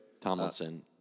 tomlinson